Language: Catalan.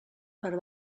per